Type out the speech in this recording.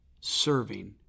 serving